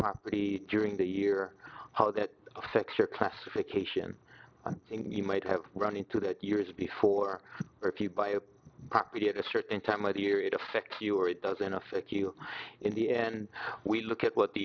property during the year how that affects your classification you might have run into that years before or if you buy a property at a certain time of the year it affects you or it doesn't affect you in the end we look at what